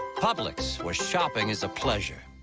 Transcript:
publix. where shopping is a pleasure